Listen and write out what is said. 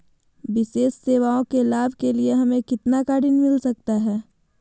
विशेष सेवाओं के लाभ के लिए हमें कितना का ऋण मिलता सकता है?